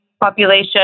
population